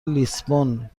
لیسبون